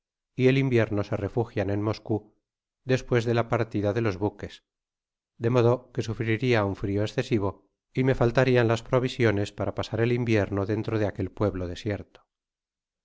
y el invierno se refugian en mos con despues de la partida de los buques de modo que su friria un frio escesivo y me faltarian las provisiones para pasar el invierno dentro de aquel pueblo desierto